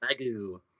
Magoo